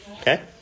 Okay